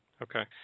Okay